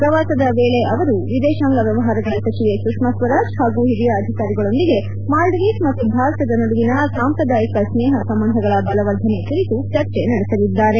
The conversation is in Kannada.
ಶ್ರವಾಸದ ವೇಳೆ ಅವರು ವಿದೇಶಾಂಗ ವ್ಯವಹಾರಗಳ ಸಚಿವೆ ಸುಷ್ಮಾ ಸ್ವರಾಜ್ ಹಾಗೂ ಹಿರಿಯ ಅಧಿಕಾರಿಗಳೊಂದಿಗೆ ಮಾಲ್ದೀವ್ಸ್ ಮತ್ತು ಭಾರತದ ನಡುವಿನ ಸಾಂಪ್ರದಾಯಕ ಸ್ನೇಪ ಸಂಬಂಧಗಳ ಬಲವರ್ಧನೆ ಕುರಿತು ಚರ್ಚೆ ನಡೆಸಲಿದ್ದಾರೆ